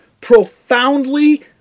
profoundly